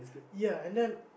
ya and then